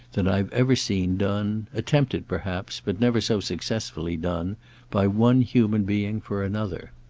than i've ever seen done attempted perhaps, but never so successfully done by one human being for another.